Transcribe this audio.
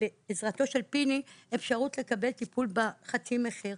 בעזרתו של פיני הייתה לי אפשרות לקבל טיפול בחצי מחיר.